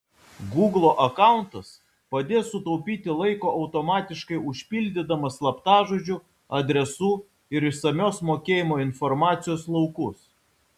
gūglo akauntas padės sutaupyti laiko automatiškai užpildydamas slaptažodžių adresų ir išsamios mokėjimo informacijos laukus